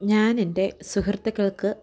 ഞാനെൻ്റെ സുഹൃത്തുക്കൾക്ക്